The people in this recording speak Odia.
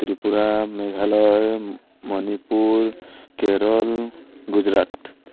ତ୍ରିପୁରା ମେଘାଳୟ ମଣିପୁର କେରଳ ଗୁଜୁରାଟ